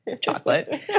chocolate